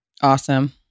Awesome